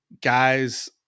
guys